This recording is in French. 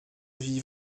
vie